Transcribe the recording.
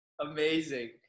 Amazing